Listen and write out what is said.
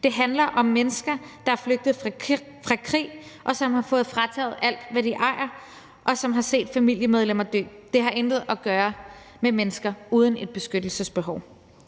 Det handler om mennesker, som er flygtet fra krig, som har fået frataget alt, hvad de ejer, og som har set familiemedlemmer dø. Det har intet at gøre med mennesker uden et beskyttelsesbehov.